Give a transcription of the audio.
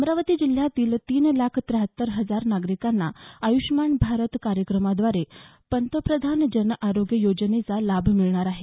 अमरावती जिल्ह्यातील तीन लाख त्र्याहत्तर हजार नागरिकांना आयुष्यमान भारत कार्यक्रमाद्वारे पंतप्रधान जन आरोग्य योजनेचा लाभ मिळणार आहे